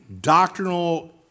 doctrinal